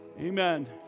Amen